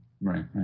right